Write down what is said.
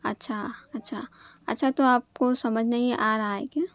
اچھا اچھا اچھا تو آپ کو سمجھ نہیں آرہا ہے کیا